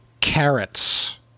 Carrots